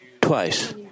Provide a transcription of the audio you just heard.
twice